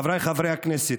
חבריי חברי הכנסת,